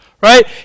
right